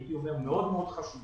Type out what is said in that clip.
שהייתי אומר היא מאוד מאוד חשובה.